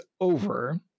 over